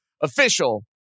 official